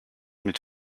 mit